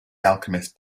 alchemist